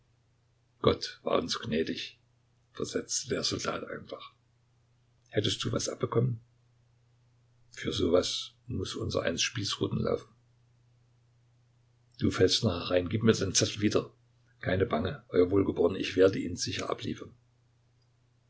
gott war uns gnädig versetzte der soldat einfach hättest du was abbekommen für so was muß unsereins spießruten laufen du fällst noch herein gib mir den zettel wieder keine bange euer wohlgeboren ich werde ihn sicher abliefern